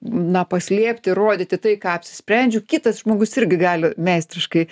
na paslėpti rodyti tai ką apsisprendžiu kitas žmogus irgi gali meistriškai